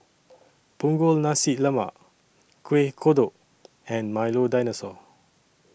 Punggol Nasi Lemak Kueh Kodok and Milo Dinosaur